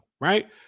right